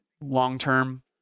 long-term